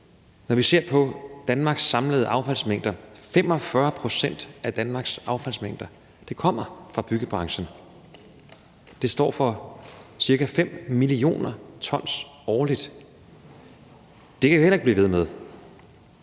Når vi ser på Danmarks samlede affaldsmængder, kommer 45 pct. fra byggebranchen. Den står for ca. 5 mio. t årligt. Det kan vi heller ikke blive ved med.